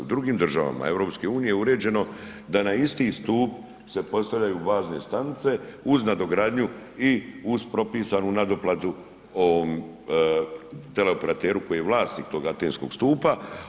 U drugim državama EU uređeno je da na isti stup se postavljaju bazne stanice uz nadogradnju i uz propisanu nadoplatu ovom teleoperateru koji je vlasnik tog atenskog stupa.